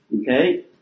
Okay